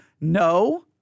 No